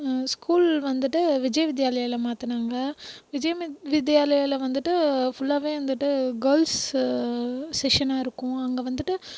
school வந்துட்டு விஜய் வித்யாலயாவில் மாற்றுனாங்க விஜய் வித்யாலயாவில் வந்துட்டு ஃபுல்லாகவே வந்துட்டு கேர்ள்ஸ் செக்ஷனாக இருக்கும் அங்கே வந்துட்டு